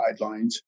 guidelines